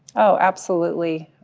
oh, absolutely,